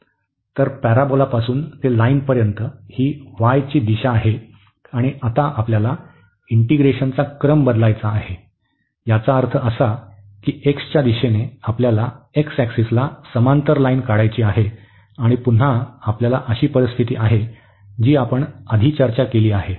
तर पॅराबोलापासून ते लाईनपर्यंत ही y ची दिशा आहे आणि आता आपल्याला इंटीग्रेशनचा क्रम बदलायचा आहे याचा अर्थ असा की x च्या दिशेने आपल्याला x ऍक्सिसला समांतर लाईन काढायची आहे आणि पुन्हा आपणास अशी परिस्थिती आहे जी आपण आधी चर्चा केली आहे